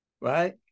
right